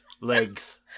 Legs